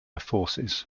forces